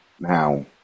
now